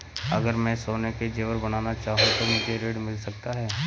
अगर मैं सोने के ज़ेवर बनाना चाहूं तो मुझे ऋण मिल सकता है?